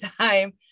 time